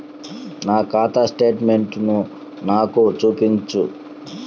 నా ఖాతా స్టేట్మెంట్ను నాకు చూపించు